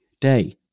day